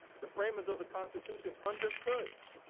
the framers of the constitution understood,